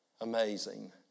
Amazing